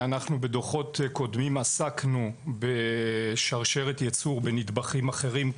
בדוחות קודמים עסקנו בשרשרת יצור בנדבכים אחרים,